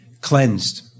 cleansed